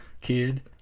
kid